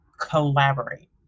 collaborate